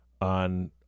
on